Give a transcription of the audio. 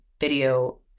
video